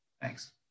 Thanks